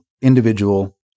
individual